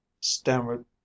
stammered